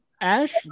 Ash